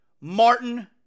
Martin